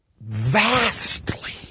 vastly